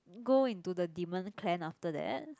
go into the demon clan after that